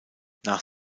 nach